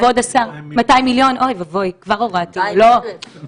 היום אנחנו נמצאים במלחמה קשה ומורכבת מול נגיף שאנחנו עוד לומדים אותו.